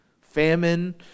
Famine